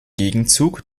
gegenzug